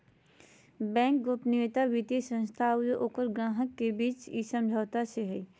bank गोपनीयता वित्तीय संस्था आरो ओकर ग्राहक के बीच इ समझौता से हइ